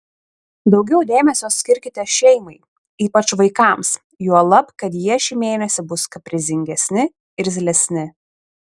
daugiau dėmesio skirkite šeimai ypač vaikams juolab kad jie šį mėnesį bus kaprizingesni irzlesni